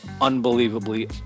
unbelievably